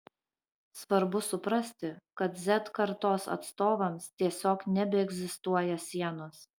svarbu suprasti kad z kartos atstovams tiesiog nebeegzistuoja sienos